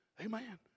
Amen